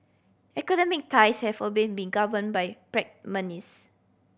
economic ties have always been been govern by